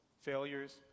failures